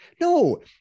no